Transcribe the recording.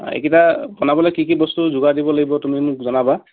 এইকেইটা বনাবলৈ কি কি বস্তু যোগাৰ দিব লাগিব তুমি মোক জনাবা